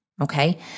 okay